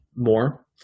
more